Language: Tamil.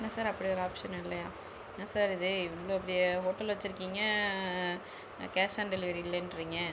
என்ன சார் அப்படி ஒரு ஆப்ஷன் இல்லையா என்ன சார் இது இவ்வளோ பெரிய ஹோட்டல் வச்சிருக்கீங்க கேஷ் ஆன் டெலிவரி இல்லைன்றீங்க